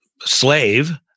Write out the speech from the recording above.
slave